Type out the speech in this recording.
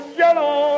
yellow